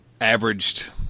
averaged